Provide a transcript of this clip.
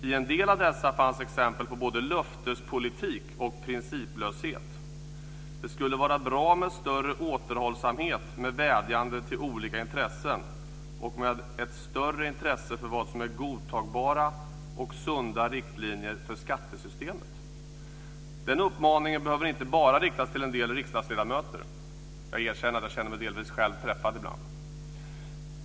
I en del av dessa fanns exempel på både löftespolitik och principlöshet. Det skulle vara bra med större återhållsamhet med vädjanden till olika intressen och med ett större intresse för vad som är godtagbara och sunda riktlinjer för skattesystemet. Den uppmaningen behöver inte bara riktas till en del riksdagsledamöter. Jag erkänner att jag själv delvis känner mig träffad ibland.